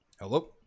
Hello